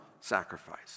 sacrifice